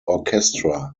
orchestra